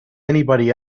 anybody